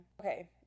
Okay